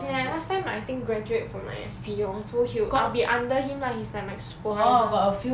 as in like last time I think graduate from my S_P lor so he'll I'll be under him lah he's like my supervisor